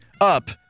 up